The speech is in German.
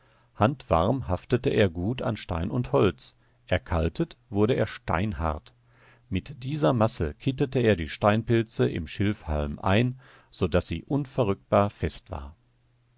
brei handwarm haftete er gut an stein und holz erkaltet wurde er steinhart mit dieser masse kittete er die steinspitze im schilfhalm ein so daß sie unverrückbar fest war